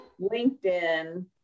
LinkedIn